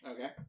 Okay